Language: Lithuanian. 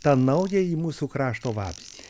tą naująjį mūsų krašto vabzdį